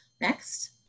Next